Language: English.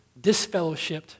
disfellowshipped